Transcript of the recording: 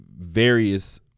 various